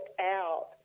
out